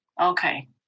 Okay